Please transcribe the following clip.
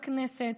בכנסת,